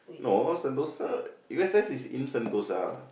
no Sentosa U_S_S is in Sentosa